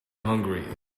hungry